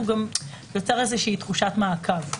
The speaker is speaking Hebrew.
הוא גם יוצר תחושת מעקב.